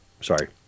Sorry